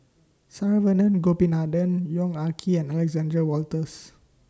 Saravanan Gopinathan Yong Ah Kee and Alexander Wolters